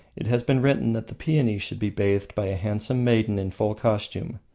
it has been written that the peony should be bathed by a handsome maiden in full costume,